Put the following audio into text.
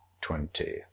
Twenty